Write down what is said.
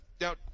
Now